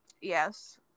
Yes